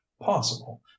possible